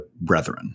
brethren